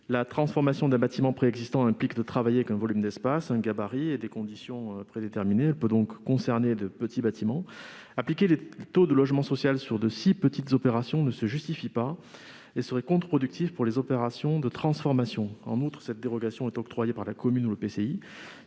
La transformation d'un bâtiment préexistant implique de travailler avec un volume d'espace, un gabarit et des conditions prédéterminés. Elle peut donc concerner de petits bâtiments. L'application des quotas de logements sociaux sur de si petites opérations ne se justifie pas et serait contre-productive pour les opérations de transformation. En outre, cette dérogation est octroyée par la commune ou l'EPCI